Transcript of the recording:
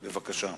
בבקשה.